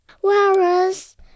Whereas